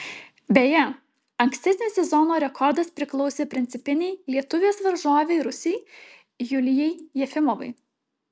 beje ankstesnis sezono rekordas priklausė principinei lietuvės varžovei rusei julijai jefimovai